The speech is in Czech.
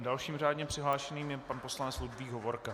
Dalším řádně přihlášeným je pan poslanec Ludvík Hovorka.